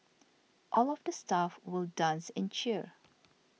all of the staff will dance and cheer